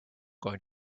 going